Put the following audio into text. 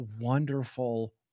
wonderful